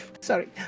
sorry